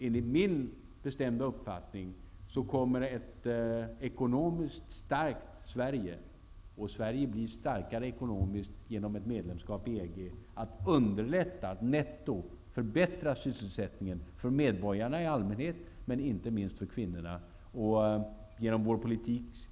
Enligt min bestämda uppfattning kommer ett ekonomiskt starkt Sverige -- Sverige blir starkare ekonomiskt genom ett medlemskap i EG -- att underlätta att netto förbättra sysselsättningen för medborgarna i allmänhet och kvinnorna i synnerhet.